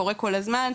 קורה כל הזמן,